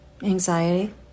anxiety